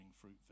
fruit